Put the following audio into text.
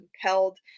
compelled